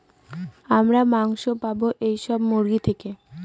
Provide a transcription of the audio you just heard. আমরা মাংস পাবো এইসব মুরগি থেকে